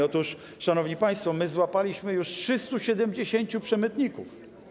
Otóż, szanowni państwo, złapaliśmy już 370 przemytników.